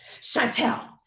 Chantel